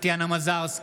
טטיאנה מזרסקי,